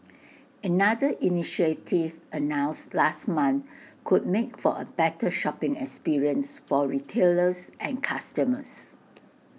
another initiative announced last month could make for A better shopping experience for retailers and customers